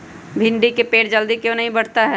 भिंडी का पेड़ जल्दी क्यों नहीं बढ़ता हैं?